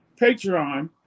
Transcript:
Patreon